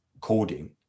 coding